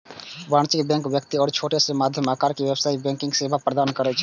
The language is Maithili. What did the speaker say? वाणिज्यिक बैंक व्यक्ति आ छोट सं मध्यम आकारक व्यवसायी कें बैंकिंग सेवा प्रदान करै छै